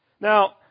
Now